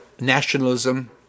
nationalism